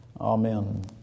amen